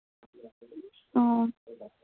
ও